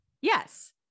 Yes